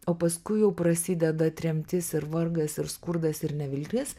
o paskui jau prasideda tremtis ir vargas ir skurdas ir neviltis